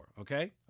okay